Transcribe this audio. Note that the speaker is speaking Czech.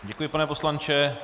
Děkuji, pane poslanče.